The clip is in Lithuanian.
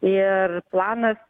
ir planas